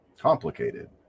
complicated